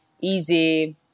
easy